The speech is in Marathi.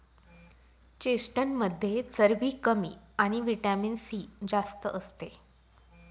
चेस्टनटमध्ये चरबी कमी आणि व्हिटॅमिन सी जास्त असते